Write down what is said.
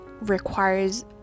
requires